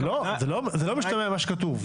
זה לא משתנה ממה שכתוב.